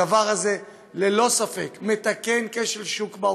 הדבר הזה ללא ספק מתקן כשל שוק מהותי,